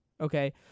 okay